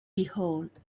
behold